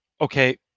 okay